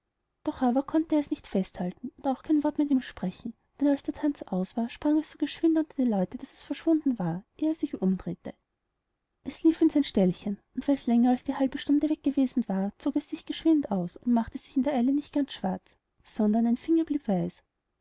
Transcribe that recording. doch aber konnte er es nicht festhalten auch kein wort mit ihm sprechen denn als der tanz aus war sprang es so geschwind unter die leute daß es verschwunden war eh er sich umdrehte es lief in sein ställchen und weils länger als eine halbe stunde weggewesen war zog es sich geschwind aus und machte sich in der eile nicht ganz schwarz sondern ein finger